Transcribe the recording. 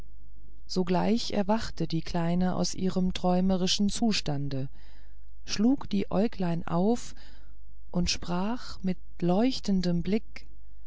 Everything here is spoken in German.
sogleich erwachte die kleine aus ihrem träumerischen zustande schlug die äugelein auf und sprach mit leuchtendem blick